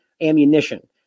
ammunition